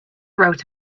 wrote